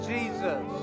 Jesus